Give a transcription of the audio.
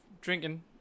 drinking